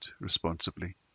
responsibly